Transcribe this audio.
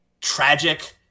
tragic